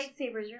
lightsabers